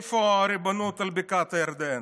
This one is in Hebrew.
איפה הריבונות על בקעת הירדן?